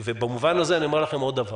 ובמובן הזה, אני אומר לכם עוד דבר: